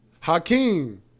Hakeem